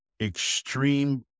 extreme